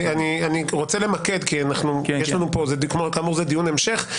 אני רוצה למקד, כי כאמור זה דיון המשך.